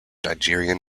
nigerian